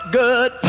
good